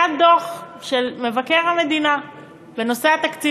היה דוח של מבקר המדינה בנושא התקציב